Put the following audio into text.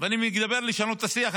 אני מדבר על לשנות את השיח.